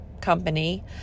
company